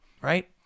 Right